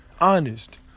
Honest